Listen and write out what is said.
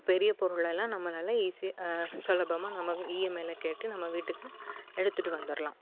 இப்போ பெரிய பொருளெல்லாம் நம்மளால் ஈஸி சுலபமாக நம்ம இஎம்ஐல கட்டி நம்ம வீட்டுக்கு எடுத்துகிட்டு வந்துடலாம்